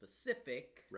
specific